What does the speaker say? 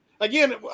Again